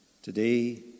Today